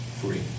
free